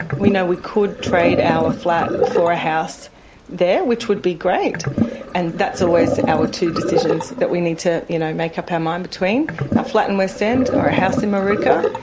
we know we could trade our flat for a house there, which would be great and that's always our two decisions that we need to you know make up our mind between a flat in west end or a house in moorooka.